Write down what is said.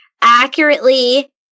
accurately